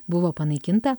buvo panaikinta